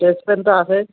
sketch pen তো আছে